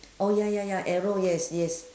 oh ya ya ya arrow yes yes